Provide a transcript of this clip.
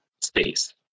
space